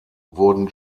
wurden